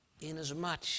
Inasmuch